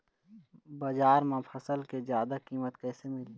बजार म फसल के जादा कीमत कैसे मिलही?